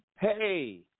Hey